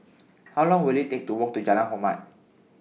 How Long Will IT Take to Walk to Jalan Hormat